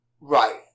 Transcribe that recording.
Right